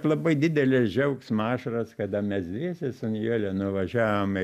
labai didelės džiaugsmo ašaros kada mes dviese su nijole nuvažiavome